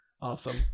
Awesome